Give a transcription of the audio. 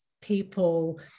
people